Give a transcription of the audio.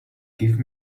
give